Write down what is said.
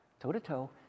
toe-to-toe